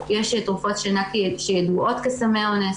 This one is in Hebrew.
יש תרופות שינה שידועות כסמי אונס.